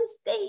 State